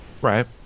right